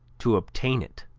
to obtain it.